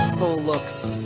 soul looks,